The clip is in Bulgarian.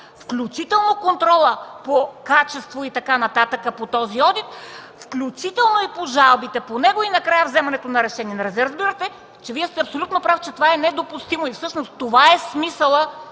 включително контрола по качеството и така нататък по този одит, включително и по жалбите по него и накрая вземането на решение. Нали разбирате, че Вие сте абсолютно прав, че това е недопустимо и всъщност това е смисълът,